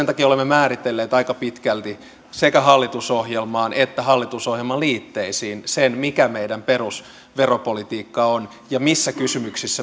takia olemme määritelleet aika pitkälti sekä hallitusohjelmaan että hallitusohjelman liitteisiin sen mikä meidän perusveropolitiikkamme on ja missä kysymyksissä